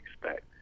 expect